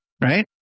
right